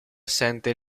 assente